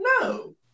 no